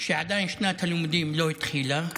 ששנת הלימודים עדיין לא התחילה.